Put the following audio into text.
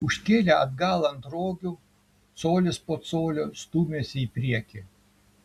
užkėlę atgal ant rogių colis po colio stūmėsi į priekį